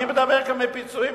מי מדבר כאן על פיצויים?